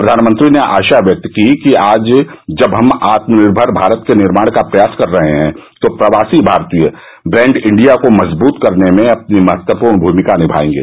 प्रधानमंत्री ने आशा व्यक्त की कि आज जब हम आत्मनिर्भर भारत के निर्माण के प्रयास कर रहे हैं तो प्रवासी भारतीय ब्रैंड इंडिया को मजबूत करने में अपनी महत्वपूर्ण भूमिका निभाएंगे